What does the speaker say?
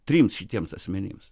trims šitiems asmenims